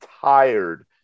tired